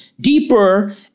deeper